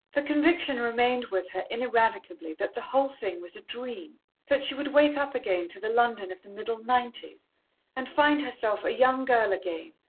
the conviction remained with her ineradicably that the whole thing was a dream that she would wake up again to the london of the middle nineties and find herself a young girl again,